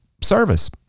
service